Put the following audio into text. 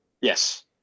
Yes